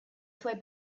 suoi